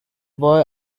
boy